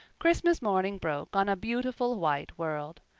christmas morning broke on a beautiful white world.